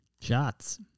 Shots